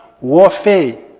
warfare